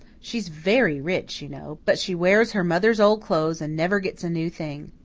she's very rich, you know, but she wears her mother's old clothes and never gets a new thing.